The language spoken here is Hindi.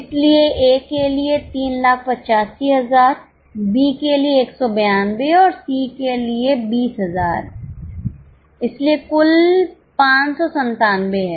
इसलिए ए के लिए 385000 बी के लिए 192 और सी के लिए 20000 इसलिए कुल 597 है